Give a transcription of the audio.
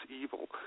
evil